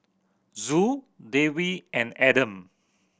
Zul Dewi and Adam